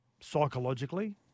psychologically